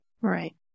Right